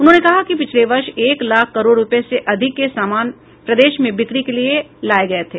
उन्होंने कहा कि पिछले वर्ष एक लाख करोड़ रूपये से अधिक के सामान प्रदेश में बिक्री के लिये आये थे